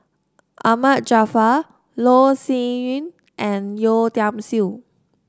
Ahmad Jaafar Loh Sin Yun and Yeo Tiam Siew